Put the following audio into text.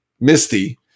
misty